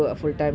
ya